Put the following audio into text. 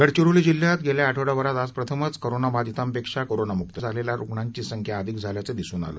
गडचिरोली जिल्ह्यात गेल्या आठवडाभरात आज प्रथमच कोरोनाबाधितांपेक्षा कोरोनामुक झालेल्या रुग्णांची संख्या अधिक झाल्याचं दिसून आलं